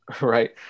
Right